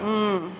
uh